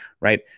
right